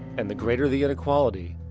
and the greater the inequality,